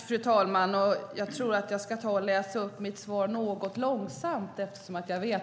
Fru talman!